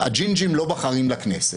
הג'ינג'ים לא בוחרים לכנסת,